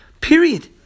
Period